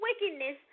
wickedness